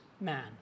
man